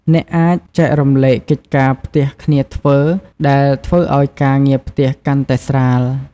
អ្នកអាច ចែករំលែកកិច្ចការផ្ទះគ្នាធ្វើ ដែលធ្វើឲ្យការងារផ្ទះកាន់តែស្រាល។